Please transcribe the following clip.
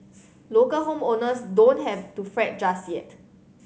local home owners don't have to fret just yet